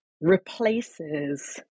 replaces